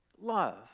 Love